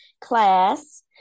class